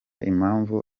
impamvu